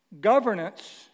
governance